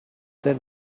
then